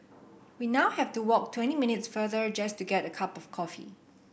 we now have to walk twenty minutes farther just to get a cup of coffee